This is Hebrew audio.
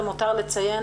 למותר לציין,